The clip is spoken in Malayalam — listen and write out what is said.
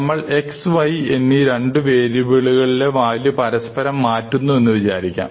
നമ്മൾ x y എന്നീ രണ്ടു വേരിയബിളുകളിലെ വാല്യു പരസ്പരം മാറ്റുന്നു എന്ന് വിചാരിക്കാം